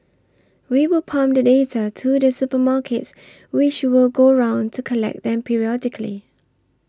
we will pump the data to the supermarkets which will go round to collect them periodically